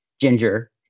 ginger